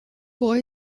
boy